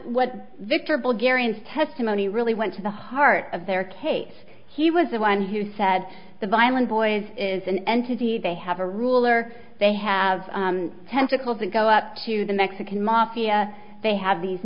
what victor ball guerin's testimony really went to the heart of their case he was the one who said the violin boys is an entity they have a ruler they have tentacles and go up to the mexican mafia they have these